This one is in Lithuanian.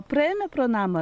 praėjome pro namą